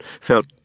felt